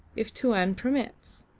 if tuan permits.